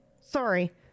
Sorry